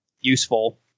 useful